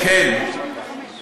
הן, כן, אוקיי.